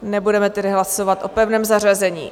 Nebudeme tedy hlasovat o pevném zařazení.